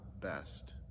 best